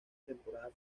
temporada